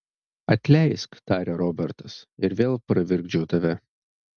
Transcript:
atleisk tarė robertas ir vėl pravirkdžiau tave